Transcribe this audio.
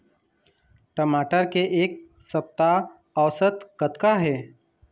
टमाटर के एक सप्ता औसत कतका हे?